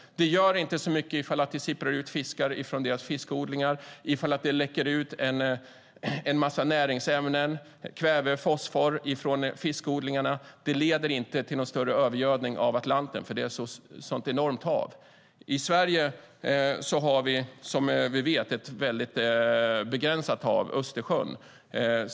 Det gör inte så mycket om det sipprar ut fiskar från deras fiskodlingar eller om det läcker ut en massa näringsämnen, till exempel kväve och fosfor, från fiskodlingarna. Det leder inte till någon större övergödning av Atlanten eftersom det är ett enormt hav. I Sverige har vi ett mycket begränsat hav, Östersjön.